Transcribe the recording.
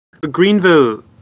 Greenville